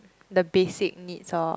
the basic needs lor